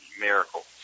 miracle